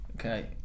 Okay